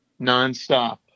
nonstop